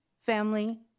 family